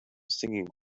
singing